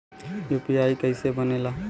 UPI कईसे बनेला?